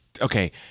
Okay